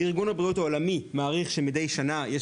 ארגון הבריאות העולמי מעריך שמידי שנה יש